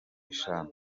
eshanu